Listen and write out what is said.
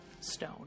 Stone